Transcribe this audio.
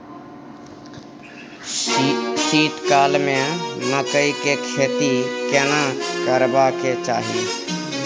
शीत काल में मकई के खेती केना करबा के चाही?